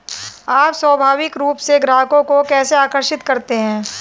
आप स्वाभाविक रूप से ग्राहकों को कैसे आकर्षित करते हैं?